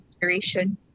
duration